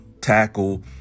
tackle